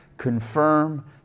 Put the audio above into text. Confirm